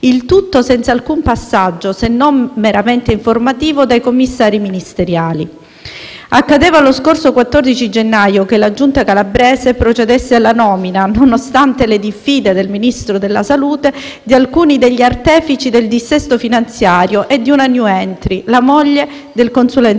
Il tutto senza alcun passaggio, se non meramente informativo, dai commissari ministeriali. Accadeva lo scorso 14 gennaio che la giunta calabrese procedesse alla nomina, nonostante le diffide del Ministro della salute, di alcuni degli artefici del dissesto finanziario e di una *new entry*, la moglie del consulente